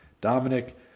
Dominic